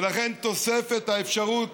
ולכן תוספת האפשרות